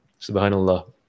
subhanAllah